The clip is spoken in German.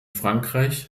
frankreich